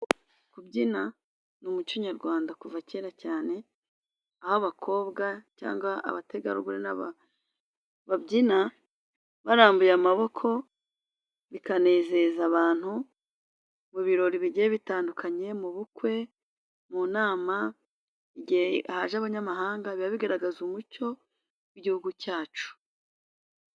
Kubyina ni umuco nyarwanda kuva kera cyane. Aho abakobwa cyangwa abategarugori n'aba babyina barambuye amaboko bikanezeza abantu, mu birori bigiye bitandukanye mu bukwe, mu nama, igihe haje abanyamahanga. Biba bigaragaza umucyo w'Igihugu cyacu.